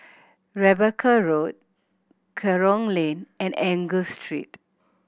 Rebecca Road Kerong Lane and Angus Street